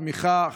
תמיכה,